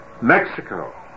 Mexico